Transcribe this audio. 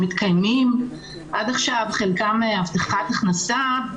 שמתקיימות בחלקן מהבטחת הכנסה.